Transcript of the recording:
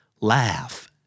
Laugh